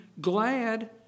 glad